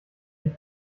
ich